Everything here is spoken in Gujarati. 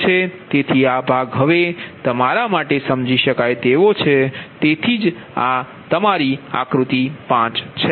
તેથી આ ભાગ હવે તમારા માટે સમજી શકાય તેવો છે તેથી જ આ તમારો આક્રુતિ 5 છે